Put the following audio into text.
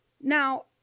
Now